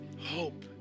Hope